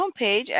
homepage